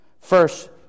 First